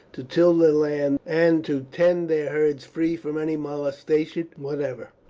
to till their land, and to tend their herds free from any molestation whatever.